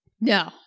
No